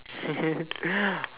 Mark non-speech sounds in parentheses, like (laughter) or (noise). (laughs)